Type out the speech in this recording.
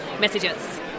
messages